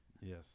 yes